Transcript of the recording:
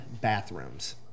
bathrooms